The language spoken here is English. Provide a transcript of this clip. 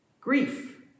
grief